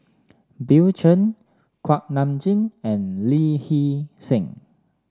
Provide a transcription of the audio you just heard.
Bill Chen Kuak Nam Jin and Lee Hee Seng